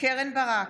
קרן ברק,